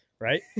right